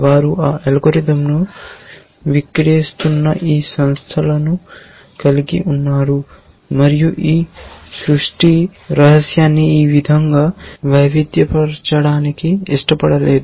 వారు ఈ అల్గోరిథంను విక్రయిస్తున్న ఈ సంస్థను కలిగి ఉన్నారు మరియు ఈ సృష్టి రహస్యాన్ని ఈ విధంగా వైవిధ్యపరచడానికి ఇష్టపడలేదు